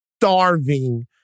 starving